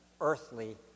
earthly